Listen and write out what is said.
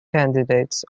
candidates